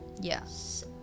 Yes